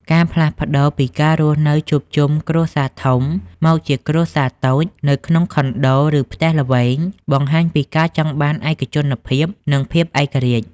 ការផ្លាស់ប្តូរពីការរស់នៅជួបជុំគ្រួសារធំ មកជាគ្រួសារតូច នៅក្នុងខុនដូ ឬផ្ទះល្វែង បង្ហាញពីការចង់បានឯកជនភាព និងភាពឯករាជ្យ។